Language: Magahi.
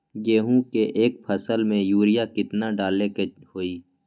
गेंहू के एक फसल में यूरिया केतना डाले के होई?